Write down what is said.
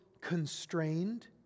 constrained